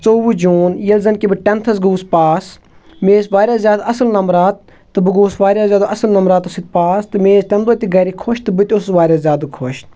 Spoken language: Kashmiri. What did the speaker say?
ژوٚوُہ جون ییٚلہِ زَن کہِ بہٕ ٹینتھَس گَووُس پاس مےٚ ٲسۍ وارِیاہ زِیادٕ اصٕل نَمبرات تہٕ بہٕ گَووُس وارِیاہ زیادٕ اَصٕل نَمبراتو سٍتۍ پاس تہٕ مےٚ ٲسۍ تَمہِ دۅہ تہِ گَرٕکۍ خۄش تہٕ بہٕ تہِ اوسُس وارِیاہ زیادٕ خۄش